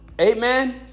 Amen